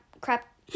crap